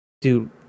dude